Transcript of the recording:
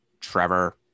Trevor